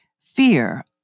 Fear